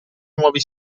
nuovi